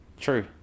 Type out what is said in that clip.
True